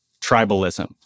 tribalism